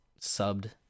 subbed